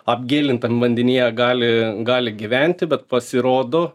apgilintam vandenyje gali gali gyventi bet pasirodo